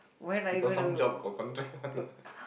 because some job got contract one you know